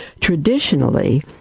traditionally